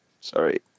Sorry